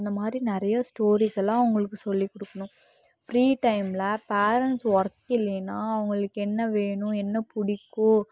அந்தமாதிரி நிறைய ஸ்டோரிஸ் எல்லாம் அவங்களுக்கு சொல்லி கொடுக்கணும் ஃப்ரீ டைமில் பேரண்ட்ஸ் ஒர்க் இல்லேன்னா அவங்களுக்கு என்ன வேணும் என்ன பிடிக்கும்